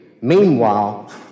Meanwhile